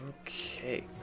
Okay